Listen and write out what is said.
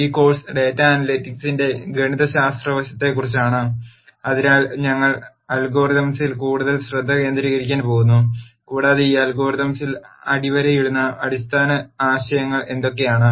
ഈ course data അനലിറ്റിക്സിന്റെ ഗണിതശാസ്ത്ര വശത്തെക്കുറിച്ചാണ് അതിനാൽ ഞങ്ങൾ അൽ ഗോരിതംസിൽ കൂടുതൽ ശ്രദ്ധ കേന്ദ്രീകരിക്കാൻ പോകുന്നു കൂടാതെ ഈ അൽ ഗോരിതംസിന് അടിവരയിടുന്ന അടിസ്ഥാന ആശയങ്ങൾ എന്തൊക്കെയാണ്